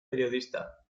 periodista